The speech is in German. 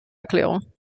erklärung